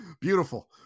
Beautiful